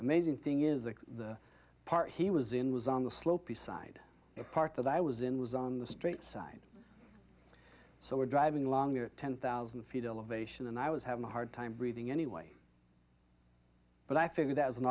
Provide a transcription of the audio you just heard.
amazing thing is that the part he was in was on the slope beside the part that i was in was on the straight side so we're driving along at ten thousand feet elevation and i was having a hard time breathing anyway but i figured that was an